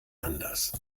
anders